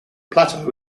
plateau